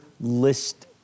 list